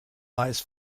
lies